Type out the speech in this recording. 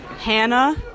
Hannah